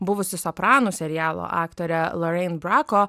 buvusi sopranų serialo aktorė lorein brako